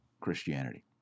Christianity